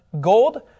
gold